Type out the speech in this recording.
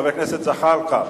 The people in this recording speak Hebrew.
חבר הכנסת זחאלקה,